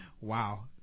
Wow